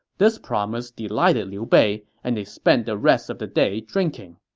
this promise delighted liu bei, and they spent the rest of the day drinking.